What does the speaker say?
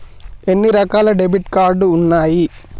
ఎన్ని రకాల debit card ఉన్నాయి?